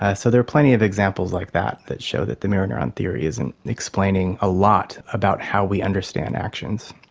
ah so there are plenty of examples like that that show that the mirror neuron theory isn't explaining a lot about how we understand actions.